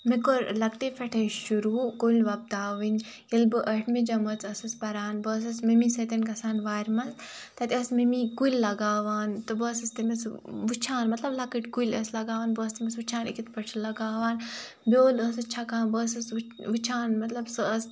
مےٚ کوٚر لَکٹے پٮ۪ٹھَے شروٗع کُلۍ وۄپداوٕنۍ ییٚلہِ بہٕ ٲٹھمہِ جَمٲژِ ٲسٕس پَران بہٕ ٲسٕس مٕمی سۭتۍ گژھان وارِ منٛز تَتہِ ٲس مٕمی کُلۍ لگاوان تہٕ بہٕ ٲسٕس تٔمِس وٕچھان مطلب لَکٕٹۍ کُلۍ ٲسۍ لَگاوان بہٕ ٲسٕس تٔمِس وٕچھان یہِ کِتھ پٲٹھۍ چھِ لَگاوان بیول ٲسٕس چھَکان بہٕ ٲسٕس وٕ وٕچھان مطلب سۄ ٲس